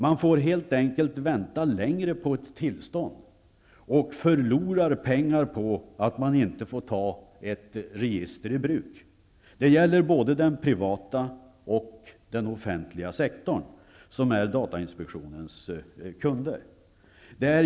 De får helt enkelt vänta längre på ett tillstånd och förlorar pengar på att inte få ta ett register i bruk. Det gäller både den privata och den offentliga sektorn som är datainspektionens kunder.